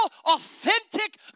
authentic